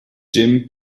jim